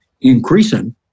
increasing